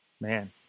Man